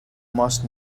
must